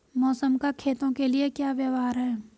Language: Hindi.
मौसम का खेतों के लिये क्या व्यवहार है?